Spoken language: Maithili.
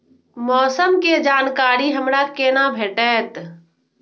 मौसम के जानकारी हमरा केना भेटैत?